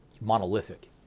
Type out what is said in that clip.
monolithic